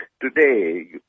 Today